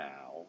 Now